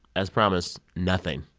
as promised, nothing.